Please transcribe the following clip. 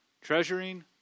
Treasuring